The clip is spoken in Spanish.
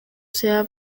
sea